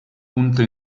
punto